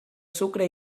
sucre